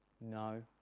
No